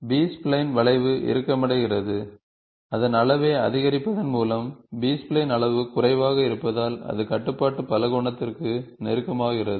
B spline வளைவு இறுக்கமடைகிறது அதன் அளவை அதிகரிப்பதன் மூலம் பி ஸ்பைலைன் அளவு குறைவாக இருப்பதால் அது கட்டுப்பாட்டு பலகோணத்திற்கு நெருக்கமாகிறது